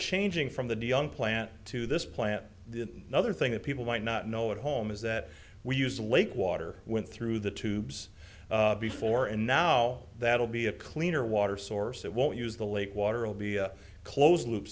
changing from the de young plant to this plant the other thing that people might not know at home is that we used lake water went through the tubes before and now that'll be a cleaner water source it won't use the lake water will be a closed loop